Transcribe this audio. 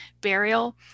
burial